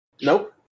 Nope